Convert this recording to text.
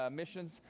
missions